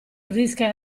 rischia